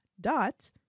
Dot